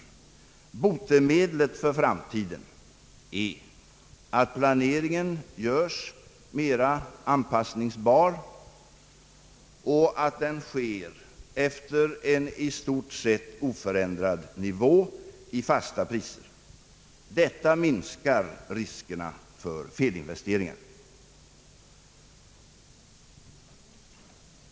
Statsverkspropositionen m.m. Botemedlet för framtiden är att planeringen görs mera anpassningsbar och att den sker efter en i stort sett oförändrad nivå i fasta priser. Detta minskar riskerna för felinvesteringar.